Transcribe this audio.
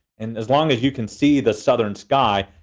and as long as you can see the southern sky,